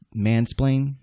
Mansplain